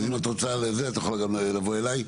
את יכולה לבוא אליי,